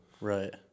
Right